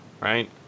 right